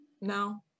No